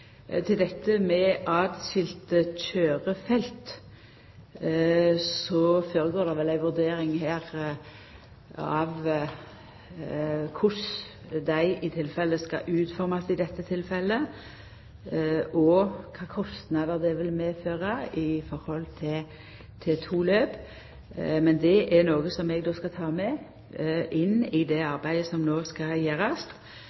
Til dette med åtskilde køyrefelt: Det er vel her ei vurdering av korleis ein skal utforma dei i dette tilfellet og kva kostnader det vil medføra når det gjeld to løp. Men det er noko som eg vil ta med meg i det arbeidet som no skal gjerast.